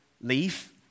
leave